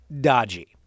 dodgy